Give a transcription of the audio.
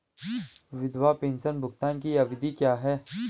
विधवा पेंशन भुगतान की अवधि क्या है?